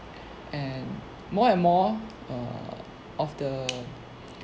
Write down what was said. and more and more err of the